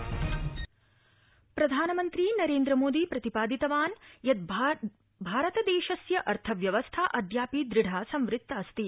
प्रधानमंत्री प्रधानमन्त्री नरेन्द्रमोदी प्रतिपादितवान् यत् भारतदेशस्य अर्थव्यवस्था अद्यापि दृढा संवृतास्ति